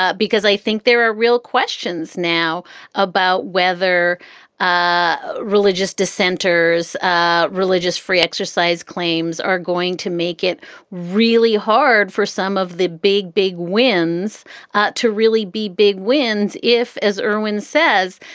ah because i think there are real questions now about whether ah religious dissenters, ah religious free exercise claims are going to make it really hard for some of the big, big wins to really be big wins. if, as erwin says,